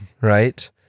Right